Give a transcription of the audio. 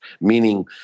meaning